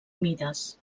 mides